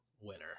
winner